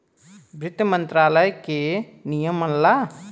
वित्त मंत्रालय के नियम मनला